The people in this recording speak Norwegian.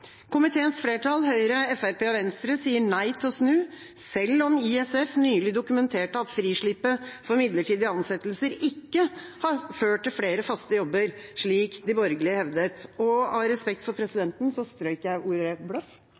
Komiteens flertall, Høyre, Fremskrittspartiet og Venstre, sier nei til å snu – selv om ISF nylig dokumenterte at frislippet for midlertidige ansettelser ikke har ført til flere faste jobber, slik de borgerlige hevdet. Av respekt for presidenten strøk jeg ordet